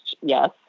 yes